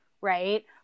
right